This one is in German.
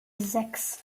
sechs